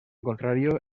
contrario